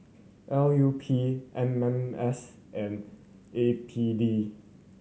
L U P M M S and A P D